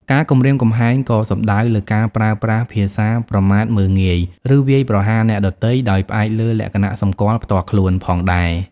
ការគំរាមកំហែងក៏សំដៅលើការប្រើប្រាស់ភាសាប្រមាថមើលងាយ ឬវាយប្រហារអ្នកដទៃដោយផ្អែកលើលក្ខណៈសម្គាល់ផ្ទាល់ខ្លួនផងដែរ។